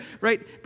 right